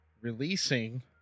releasing